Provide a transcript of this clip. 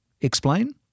Explain